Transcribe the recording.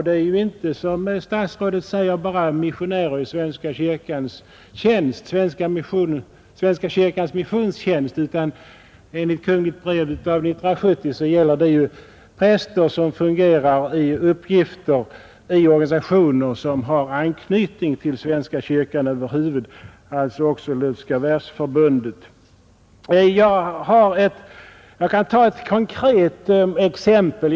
Det är inte, som statsrådet säger, bara missionärer i Svenska kyrkans missions tjänst som är undantagna, utan enligt kungl. brev av 1970 gäller det även präster vilka fungerar i organisationer som har anknytning till Svenska kyrkan, alltså också Lutherska världsförbundet och liknande. Jag kan ta ett konkret exempel.